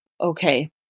Okay